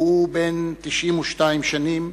והוא בן 92 שנים.